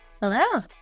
Hello